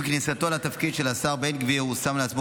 עם כניסתו של השר בן גביר לתפקיד הוא שם לעצמו